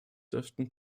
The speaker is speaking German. dürften